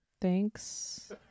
Thanks